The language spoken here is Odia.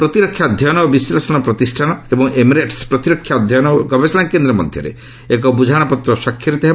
ପ୍ରତିରକ୍ଷା ଅଧ୍ୟୟନ ଓ ବିଶ୍ଳେଷଣ ପ୍ରତିଷାନ ଏବଂ ଏମିରେଟ୍ସ ପ୍ରତିରକ୍ଷା ଅଧ୍ୟୟନ ଓ ଗବେଷଣା କେନ୍ଦ୍ର ମଧ୍ୟରେ ଏକ ବୁଝାମଣାପତ୍ର ସ୍ୱାକ୍ଷରିତ ହେବ